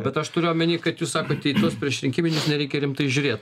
bet aš turiu omeny kad jūs sakote į tuos priešrinkiminis nereikia rimtai žiūrėt